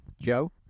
Joe